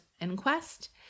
inquest